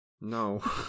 No